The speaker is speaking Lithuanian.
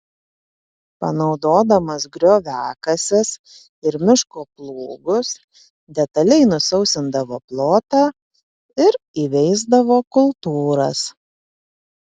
panaudodamas grioviakases ir miško plūgus detaliai nusausindavo plotą ir įveisdavo kultūras